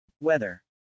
Weather